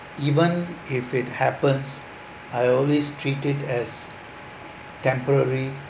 even if it happens I always treated as temporary